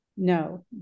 No